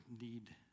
need